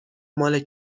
مال